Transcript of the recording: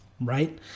right